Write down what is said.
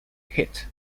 hit